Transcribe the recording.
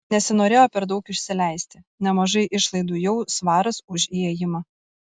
nesinorėjo per daug išsileisti nemažai išlaidų jau svaras už įėjimą